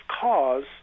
cause